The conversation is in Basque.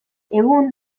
egun